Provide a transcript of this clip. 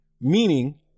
Meaning